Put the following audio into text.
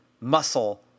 muscle